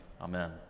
Amen